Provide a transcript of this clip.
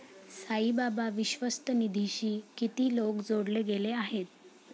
साईबाबा विश्वस्त निधीशी किती लोक जोडले गेले आहेत?